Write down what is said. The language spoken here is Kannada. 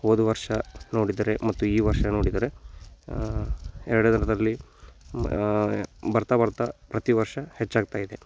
ಹೋದ ವರ್ಷ ನೋಡಿದರೆ ಮತ್ತು ಈ ವರ್ಷ ನೋಡಿದರೆ ಎರಡರಲ್ಲಿ ಬರ್ತಾ ಬರ್ತಾ ಪ್ರತಿ ವರ್ಷ ಹೆಚ್ಚಾಗ್ತಾ ಇದೆ